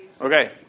Okay